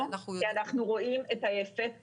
כי אנחנו רואים את האפקט.